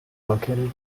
located